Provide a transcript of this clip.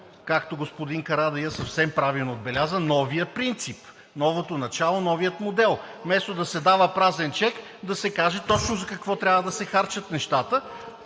както господин Карадайъ съвсем правилно отбеляза: новият принцип, новото начало, новият модел. Вместо да се дава празен чек, да се каже точно за какво трябва да се харчат нещата.